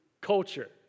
culture